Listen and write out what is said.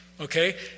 Okay